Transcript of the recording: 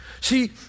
See